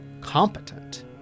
competent